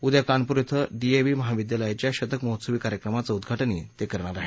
उद्या कानपूर ें D A V महाविद्यालयाच्या शतक महोत्सवी कार्यक्रमाचं उद्वाटनही ते करणार आहेत